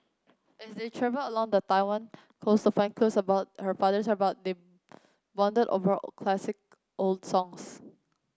as they travel along the Taiwan coast to find clues about her father's about they bond over classic old songs